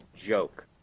joke